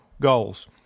goals